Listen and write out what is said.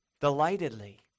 delightedly